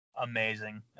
Amazing